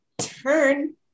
Turn